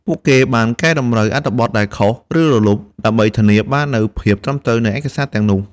ពួកគេបានកែតម្រូវអត្ថបទដែលខុស ឬរលុប ដើម្បីធានាបាននូវភាពត្រឹមត្រូវនៃឯកសារទាំងនោះ។